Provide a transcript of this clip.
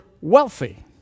wealthy